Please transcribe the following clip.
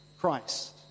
Christ